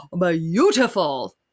beautiful